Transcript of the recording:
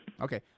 Okay